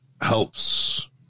helps